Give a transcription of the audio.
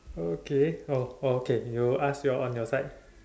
okay oh okay you ask on your side